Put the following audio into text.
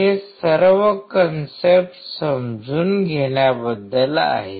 हे सर्व कंसेप्ट समजून घेण्याबद्दल आहे